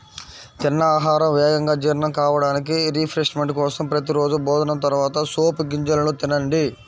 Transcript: తిన్న ఆహారం వేగంగా జీర్ణం కావడానికి, రిఫ్రెష్మెంట్ కోసం ప్రతి రోజూ భోజనం తర్వాత సోపు గింజలను తినండి